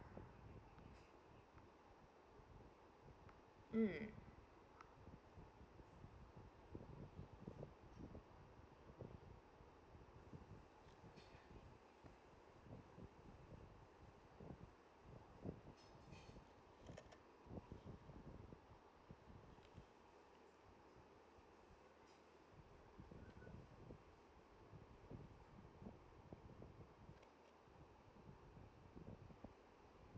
mm